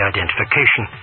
Identification